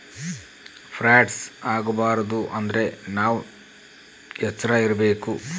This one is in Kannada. ಫ್ರಾಡ್ಸ್ ಆಗಬಾರದು ಅಂದ್ರೆ ನಾವ್ ಎಚ್ರ ಇರ್ಬೇಕು